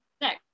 next